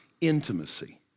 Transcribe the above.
Intimacy